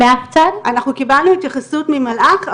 אנחנו קיבלנו התייחסות ממלאח,